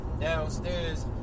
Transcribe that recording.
downstairs